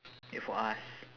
wait for us